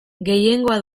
gehiengoa